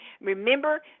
Remember